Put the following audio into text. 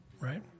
right